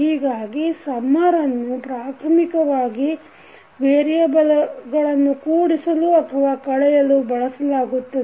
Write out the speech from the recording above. ಹೀಗಾಗಿ ಸಮ್ಮರ್ ಅನ್ನು ಪ್ರಾಥಮಿಕವಾಗಿ ವೇರಿಯಬಲ್ ಗಳನ್ನು ಕೂಡಿಸಲು ಅಥವಾ ಕಳೆಯಲು ಬಳಸಲಾಗುತ್ತದೆ